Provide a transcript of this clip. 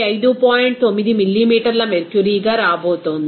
9 మిల్లీమీటర్ల మెర్క్యురీగా రాబోతోంది